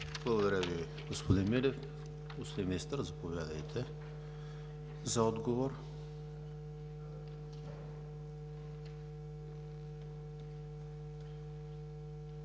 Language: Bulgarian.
Благодаря Ви, господин Милев. Господин Министър, заповядайте за отговор.